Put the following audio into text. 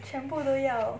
全部都要